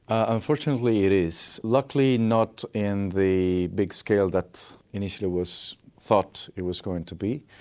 unfortunately it is. luckily not in the big scale that initially was thought it was going to be.